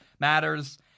matters